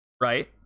right